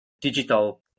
digital